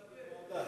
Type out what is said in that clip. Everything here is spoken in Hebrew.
תודה לחברי הכנסת.